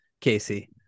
Casey